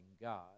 God